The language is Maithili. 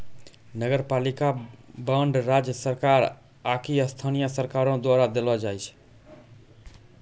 नगरपालिका बांड राज्य सरकार आकि स्थानीय सरकारो द्वारा देलो जाय छै